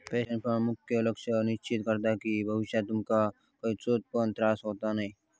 pension fund मुख्य लक्ष सुनिश्चित करता कि भविष्यात तुमका खयचो पण त्रास होता नये